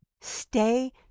stay